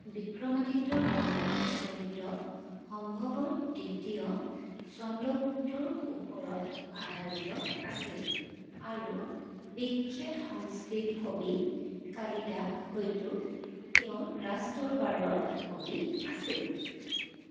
বিক্ৰমাদিত্যৰ পৌৰাণিক চৰিত্ৰ সম্ভৱতঃ দ্বিতীয় চন্দ্ৰগুপ্তৰ ওপৰত আধাৰিত আছিল আৰু বিখ্যাত সংস্কৃত কবি কালিদাস হয়তো তেওঁৰ ৰাজদৰবাৰৰ কবি আছিল